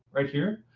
right here.